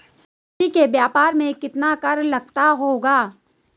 मोती के व्यापार में कितना कर लगता होगा?